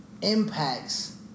impacts